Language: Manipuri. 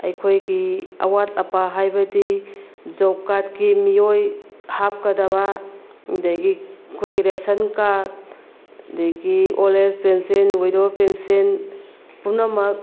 ꯑꯩꯈꯣꯏꯒꯤ ꯑꯋꯥꯠ ꯑꯄꯥ ꯍꯥꯏꯕꯗꯤ ꯖꯣꯕ ꯀꯥꯠꯀꯤ ꯃꯤꯑꯣꯏ ꯍꯥꯞꯀꯗꯕ ꯑꯗꯒꯤ ꯑꯩꯈꯣꯏꯒꯤ ꯔꯦꯁꯟ ꯀꯥꯠ ꯑꯗꯒꯤ old age pension widow pension ꯄꯨꯝꯅꯃꯛ